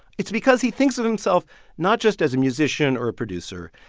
it's because he thinks of himself not just as a musician or a producer.